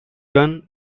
gun